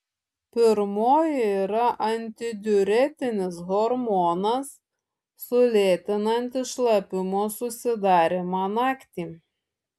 pirmoji yra antidiuretinis hormonas sulėtinantis šlapimo susidarymą naktį